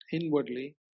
inwardly